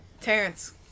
Terrence